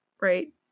Right